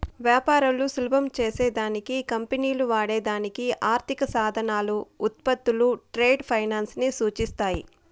వ్యాపారాలు సులభం చేసే దానికి కంపెనీలు వాడే దానికి ఆర్థిక సాధనాలు, ఉత్పత్తులు ట్రేడ్ ఫైనాన్స్ ని సూచిస్తాది